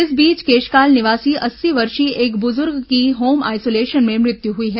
इस बीच केशकाल निवासी अस्सी वर्षीय एक बुजुर्ग की होम आइसोलेशन में मृत्यु हुई है